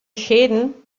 schäden